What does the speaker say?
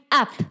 up